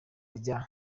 rya